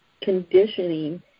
conditioning